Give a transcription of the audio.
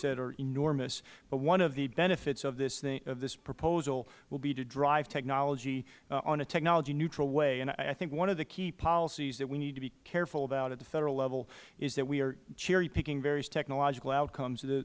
said are enormous but one of the benefits of this proposal will be to drive technology in a technology neutral way and i think one of the key policies that we need to be careful about at the federal level is that we are cherry picking various technological outcomes